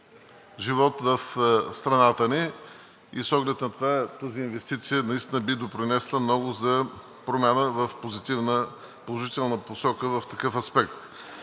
живот в страната ни. С оглед на това тази инвестиция наистина би допринесла много за промяна в позитивна, положителна посока в такъв аспект.